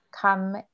come